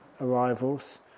arrivals